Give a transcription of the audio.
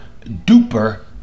duper